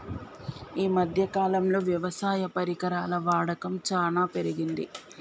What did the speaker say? ఈ మధ్య కాలం లో వ్యవసాయ పరికరాల వాడకం చానా పెరిగింది